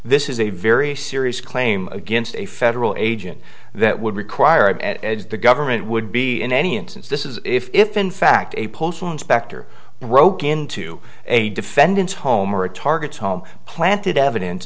this is a very serious claim against a federal agent that would require it as the government would be in any instance this is if in fact a postal inspector and broke into a defendant's home or a target's home planted evidence